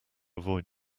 avoid